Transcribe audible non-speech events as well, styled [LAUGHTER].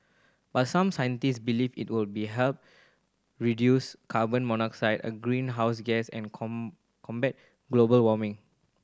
but some scientist believe it will help reduce carbon [UNINTELLIGIBLE] a greenhouse gas and [UNINTELLIGIBLE] combat global warming